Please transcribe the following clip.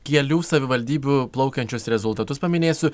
kelių savivaldybių plaukiančius rezultatus paminėsiu